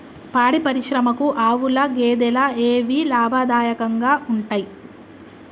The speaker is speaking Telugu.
పాడి పరిశ్రమకు ఆవుల, గేదెల ఏవి లాభదాయకంగా ఉంటయ్?